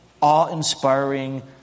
awe-inspiring